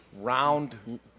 round